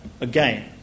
again